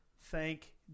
Thank